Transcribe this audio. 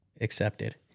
accepted